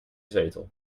zetel